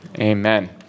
amen